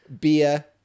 beer